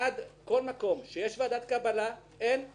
כל מקום שיש ועדת קבלה, אין הליך מכרזי.